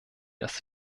das